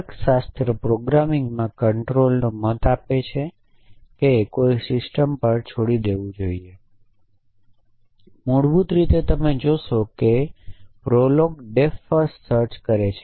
તર્કશાસ્ત્ર પ્રોગ્રામિંગમાં કંટ્રોલનો મત એ છે કે તે કોઈ સિસ્ટમ પર છોડી દેવું જોઈએ મૂળભૂત રીતે તમે જોશો કે પ્રોલોગ ડેપ્થ ફર્સ્ટ સર્ચ કરે છે